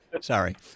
Sorry